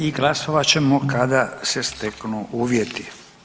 I glasovat ćemo kada se steknu uvjeti.